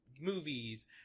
movies